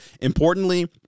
Importantly